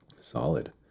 Solid